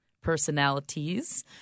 personalities